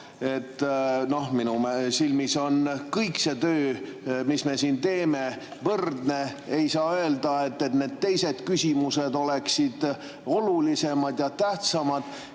Noh, minu silmis on kõik see töö, mis me siin teeme, võrdne. Ei saa öelda, et teised küsimused oleksid olulisemad ja tähtsamad.